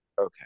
okay